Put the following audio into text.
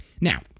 Now